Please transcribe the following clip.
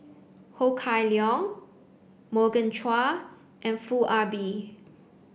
Ho Kah Leong Morgan Chua and Foo Ah Bee